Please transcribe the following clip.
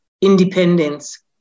independence